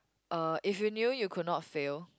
uh if you knew you could not fail